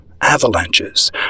avalanches